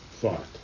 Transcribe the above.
thought